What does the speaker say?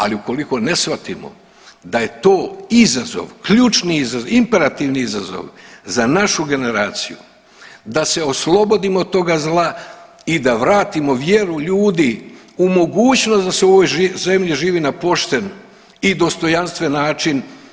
Ali ako ne shvatimo da je to izazov, ključni izazov, imperativni izazov za našu generaciju, da se oslobodimo toga zla i da vratimo vjeru ljudi u mogućnost da se u ovoj zemlji živi na pošten i dostojanstven način.